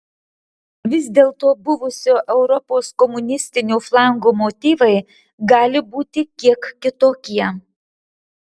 vis dėlto buvusio europos komunistinio flango motyvai gali būti kiek kitokie